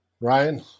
Ryan